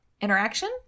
Interaction